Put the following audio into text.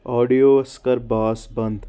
آڈیوَس کَر باس بنٛد